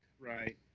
Right